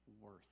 worth